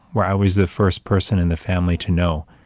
where i was the first person in the family to know.